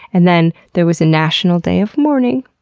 and then there was a national day of mourning.